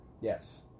Yes